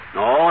no